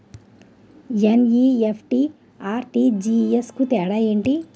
NEFT, RTGS కు తేడా ఏంటి?